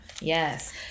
Yes